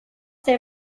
der